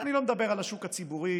אני לא מדבר על השוק הציבורי,